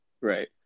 Right